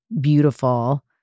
beautiful